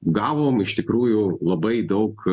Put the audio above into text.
gavom iš tikrųjų labai daug